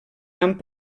amb